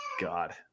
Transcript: God